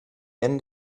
end